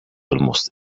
almost